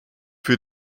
für